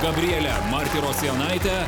gabrielė martirosianaitė